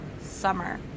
summer